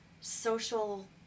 social